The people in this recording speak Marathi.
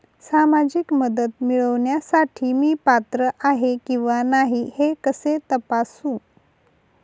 सामाजिक मदत मिळविण्यासाठी मी पात्र आहे किंवा नाही हे कसे तपासू?